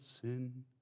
sin